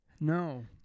no